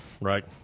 right